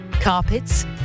carpets